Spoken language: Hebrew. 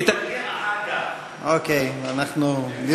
לתרגם אחר כך.